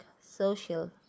social